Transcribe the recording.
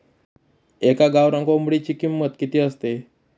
एका गावरान कोंबडीची किंमत किती असते?